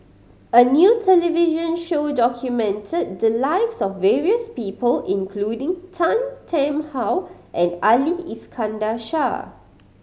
a new television show documented the lives of various people including Tan Tarn How and Ali Iskandar Shah